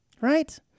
Right